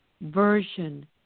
version